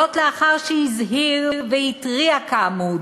לאחר שהזהיר והתריע כאמור,